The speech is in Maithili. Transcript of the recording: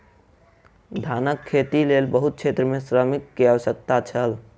धानक खेतीक लेल बहुत क्षेत्र में श्रमिक के आवश्यकता छल